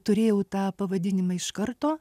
turėjau tą pavadinimą iš karto